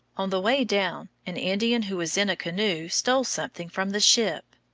on the way down, an indian who was in a canoe stole something from the ship.